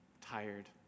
tired